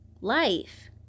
life